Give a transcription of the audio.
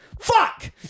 Fuck